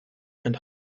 and